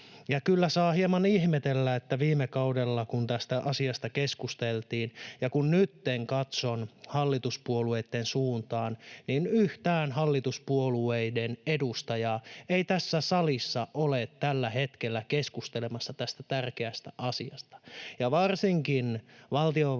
Ja kyllä saa hieman ihmetellä, kun viime kaudellakin tästä asiasta keskusteltiin, että kun nytten katson hallituspuolueitten suuntaan, niin yhtään hallituspuolueitten edustajaa ei tässä salissa ole tällä hetkellä keskustelemassa tästä tärkeästä asiasta.